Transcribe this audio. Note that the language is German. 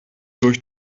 durch